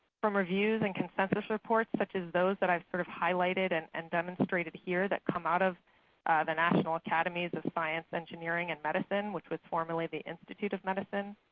from reviews and consensus reports such as those that i've sort of highlighted and and demonstrated here that come out of the national academies of science engineering and medicine, which was formerly the institute of medicine,